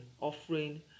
offering